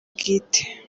bwite